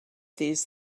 these